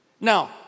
Now